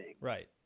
Right